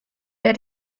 wer